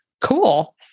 cool